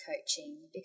coaching